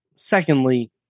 Secondly